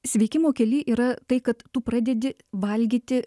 sveikimo kely yra tai kad tu pradedi valgyti